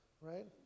right